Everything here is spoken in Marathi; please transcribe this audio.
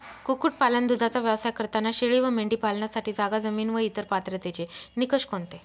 कुक्कुटपालन, दूधाचा व्यवसाय करताना शेळी व मेंढी पालनासाठी जागा, जमीन व इतर पात्रतेचे निकष कोणते?